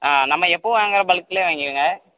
ஆ நம்ம எப்பவும் வாங்குகிற பங்க்லே வாங்கியிருங்க